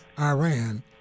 Iran